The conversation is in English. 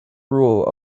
rule